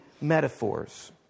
metaphors